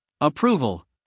approval